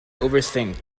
overthink